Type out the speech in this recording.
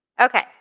Okay